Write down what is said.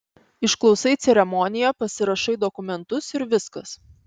išklausai ceremoniją pasirašai dokumentus ir viskas